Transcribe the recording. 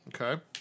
Okay